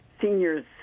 Seniors